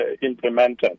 implemented